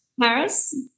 Paris